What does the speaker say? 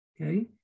okay